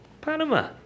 Panama